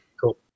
Cool